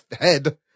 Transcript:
head